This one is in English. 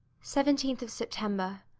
seventeen september.